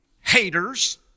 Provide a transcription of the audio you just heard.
haters